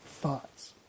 thoughts